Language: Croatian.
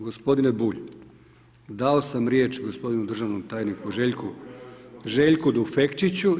Gospodine Bulj, dao sam riječ gospodinu državnom tajniku Željku Tufekčiću.